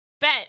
bet